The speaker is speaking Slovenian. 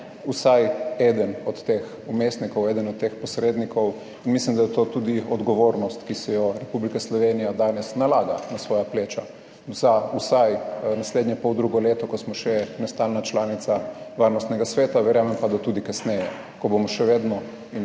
vsaj eden od teh vmesnikov, eden od teh posrednikov in mislim, da je to tudi odgovornost, ki si jo Republika Slovenija danes nalaga na svoja pleča za vsaj naslednje poldrugo leto, ko smo še nestalna članica Varnostnega sveta, verjamem pa, da tudi kasneje, ko bomo še vedno, in